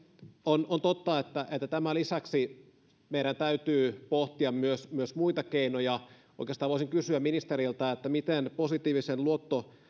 on on totta että tämän lisäksi meidän täytyy pohtia myös myös muita keinoja oikeastaan voisin kysyä ministeriltä miten positiivisen